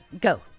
Go